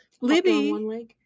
Libby